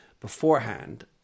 beforehand